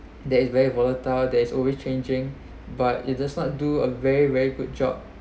that is very volatile there is always changing but it does not do a very very good job